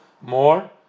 more